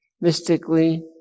mystically